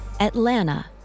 Atlanta